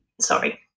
sorry